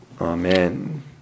Amen